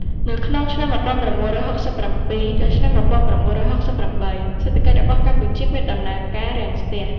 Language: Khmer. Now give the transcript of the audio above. នៅក្នុងឆ្នាំ ១៩៦៧ ដល់ឆ្នាំ ១៩៦៨ សេដ្ឋកិច្ចរបស់កម្ពុជាមានដំណើរការរាំងស្ទះ។